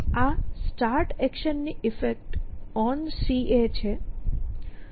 આ સ્ટાર્ટ એક્શનની effect OnCA છે